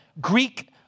Greek